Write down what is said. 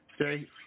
okay